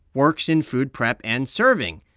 works in food prep and serving.